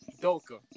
Doka